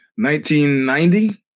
1990